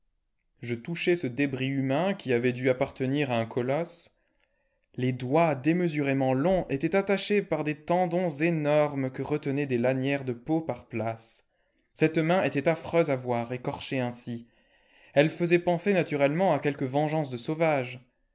je touchai ce débris humain qui avait dû appartenir à un colosse les doigts démesurément longs étaient attachés par des tendons énormes que retenaient des lanières de peau par places cette main était affreuse à voir écorchée ainsi elle faisait penser naturellement à quelque vengeance de sauvage